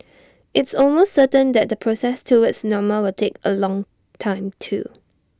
it's almost certain that the process towards normal will take A long time too